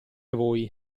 voi